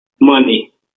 Money